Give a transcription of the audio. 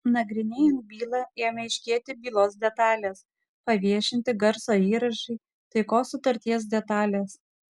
nagrinėjant bylą ėmė aiškėti bylos detalės paviešinti garso įrašai taikos sutarties detalės